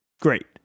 Great